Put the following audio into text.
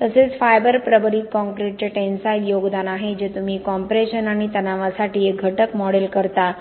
तसेच फायबर प्रबलित कॉंक्रिटचे टेनसाईल योगदान आहे जे तुम्ही कॉम्प्रेशन आणि तणावासाठी एक घटक मॉडेल करता